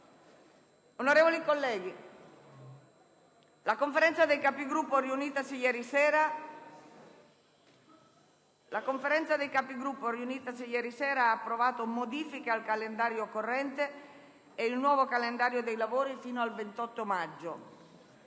Onorevoli colleghi, la Conferenza dei Capigruppo, riunitasi ieri sera, ha approvato modifiche al calendario corrente e il nuovo calendario dei lavori fino al 28 maggio.